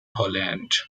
holland